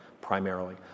primarily